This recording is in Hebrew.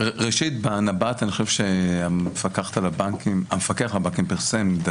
אני חושב שהמפקח על הבנקים פרסם בנב"ת,